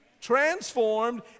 transformed